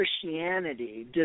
Christianity